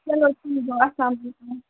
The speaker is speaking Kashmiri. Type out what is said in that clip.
چلو ٹھیٖک چھُ اسلامُ علیکُم